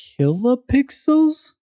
kilopixels